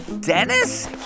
Dennis